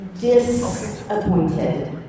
disappointed